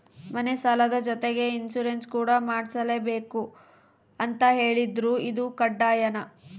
ಮನೆ ಸಾಲದ ಜೊತೆಗೆ ಇನ್ಸುರೆನ್ಸ್ ಕೂಡ ಮಾಡ್ಸಲೇಬೇಕು ಅಂತ ಹೇಳಿದ್ರು ಇದು ಕಡ್ಡಾಯನಾ?